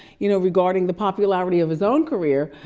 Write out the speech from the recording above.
you know regarding the popularity of his own career,